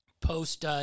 post